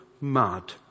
mud